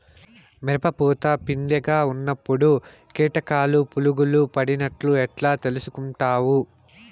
మిరప పూత పిందె గా ఉన్నప్పుడు కీటకాలు పులుగులు పడినట్లు ఎట్లా తెలుసుకుంటావు?